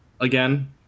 again